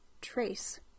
trace